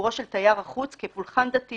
בביקורו של תייר החוץ כפולחן דתי